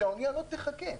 כדי שהאונייה לא תחכה.